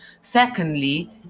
Secondly